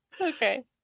Okay